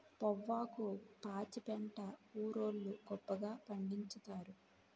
పొవ్వాకు పాచిపెంట ఊరోళ్లు గొప్పగా పండిచ్చుతారు